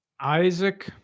Isaac